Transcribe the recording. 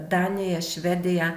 daniją švediją